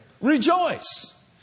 Rejoice